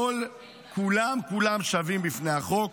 כולם כולם שווים בפני החוק,